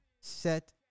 set